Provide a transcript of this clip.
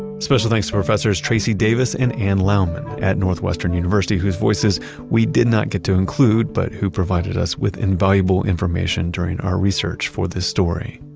special thanks to professors tracy davis and anne laumann at northwestern university, whose voices we did not get to include, but who provided us with invaluable information during our research for this story